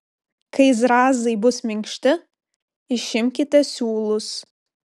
kai zrazai bus minkšti išimkite siūlus